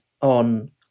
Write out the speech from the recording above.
on